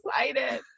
excited